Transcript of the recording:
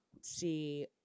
see